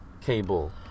cable